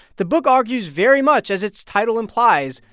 the book argues very much, as its title implies,